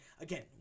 again